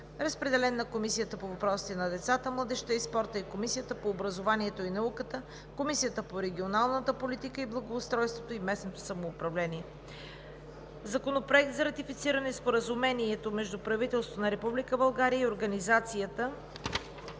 Разпределен е на Комисията по въпросите на децата, младежта и спорта, Комисията по образованието и науката и Комисията по регионална политика, благоустройство и местно самоуправление. Законопроект за ратифициране на Споразумението между правителството на Република България и Организацията